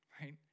right